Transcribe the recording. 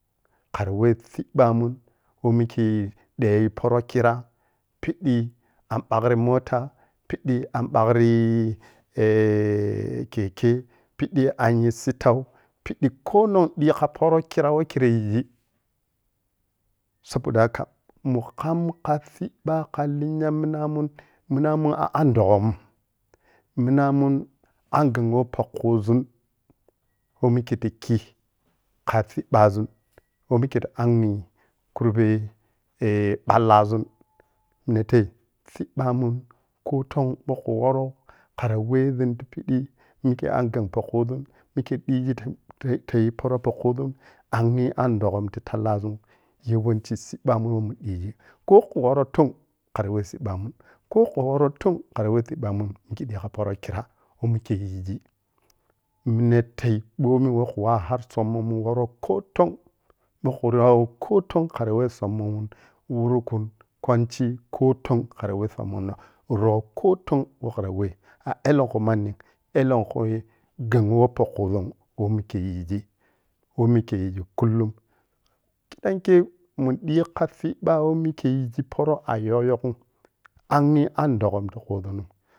Kharime ciɓɓamu weh mikhei siyayi poro khiri piɓɓi an ɓagri mota piɓɓi an ɓagri eh. keke, piɓɓi citau piɓɓau konon sitha poro we khero yigi saboda haka mukan kha ciɓɓa khan lenya minamun, mina mun a an doghom, minamun an ghan weh pokhuzun, we mikhelta khi ka ciɓɓazun weh mikhel ta angho eh kurbe eh ballazun nite cibbamun khoton ɓohkhu woro kari wehzun ti pidi mikhe an ghan pokuzun mikhe dighi ta tataya poro pokuzun angye an doghou ti tallazun yawanci cibbamu weh mun ɓighi ko khu woro ton kari weh ciɓɓamu ko khu moroton khari weh cibbamu mikhe ɓomi wohkhu wah har sommoni wohroh koton ɓokhu rho koton kari weh sommomu mu wurkun kwandi koton kari weh a elenkulu manni elenkwui ghan me po kuzun weh mikhe yighi, weh mikhe yighi kullum kidanke munɓi kha libba me mikhe yighi poro a yong yonghum angye doghum ti kuzunnu.